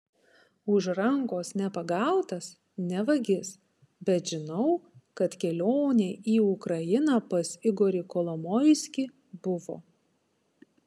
už rankos nepagautas ne vagis bet žinau kad kelionė į ukrainą pas igorį kolomoiskį buvo